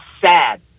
sad